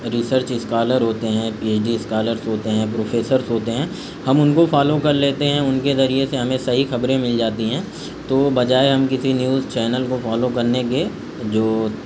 research scholar ہوتے ہیں P H D scholars ہوتے ہیں پروفیسرس ہوتے ہیں ہم ان کو فالو کر لیتے ہیں ان کے ذریعے سے ہمیں صحیح خبریں مل جاتی ہیں تو بجائے ہم کسی نیوز چینل کو فالو کرنے کے جو